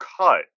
cut